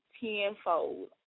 tenfold